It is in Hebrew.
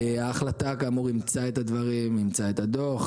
ההחלטה, כאמור, אימצה את הדברים ואימצה את הדו"ח.